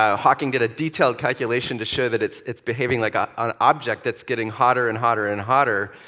um hawking did a detailed calculation to show that it's it's behaving like an object that's getting hotter and hotter and hotter,